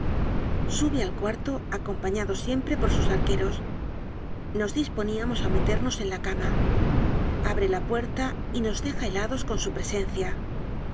sube al cuarto acompañado siempre por sus arqueros nos disponíamos a me ternos en la cama abre la puerta y nos deja helados con su presencia